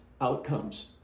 outcomes